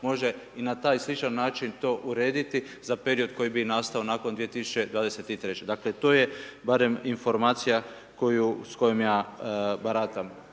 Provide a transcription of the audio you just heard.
može i na taj sličan način to urediti za period koji bi nastao nakon 2023. dakle to je barem informacija s kojom ja baratam.